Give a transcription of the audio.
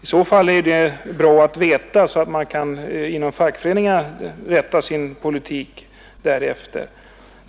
I så fall är det bra att veta detta, så att fackförbunden kan rätta sin politik därefter.